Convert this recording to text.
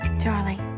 Charlie